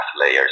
layers